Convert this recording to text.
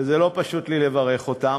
ולא פשוט לי לברך אותם,